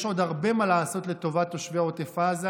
יש עוד הרבה מה לעשות לטובת תושבי עוטף עזה.